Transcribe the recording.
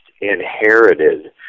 inherited